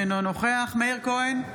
אינו נוכח מאיר כהן,